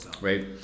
right